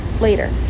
later